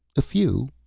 a few,